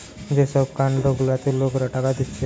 যে সব ফান্ড গুলাতে লোকরা টাকা দিতেছে